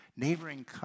Neighboring